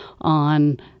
on